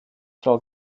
frau